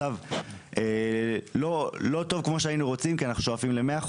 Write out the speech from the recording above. לאותו בניין אם הוא בטבריה או בתל אביב הנזק הוא שונה.